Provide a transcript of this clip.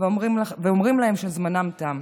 ואומרים להם שזמנם תם.